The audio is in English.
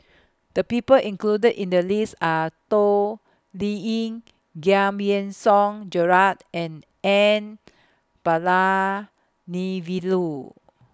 The People included in The list Are Toh Liying Giam Yean Song Gerald and N Palanivelu